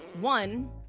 one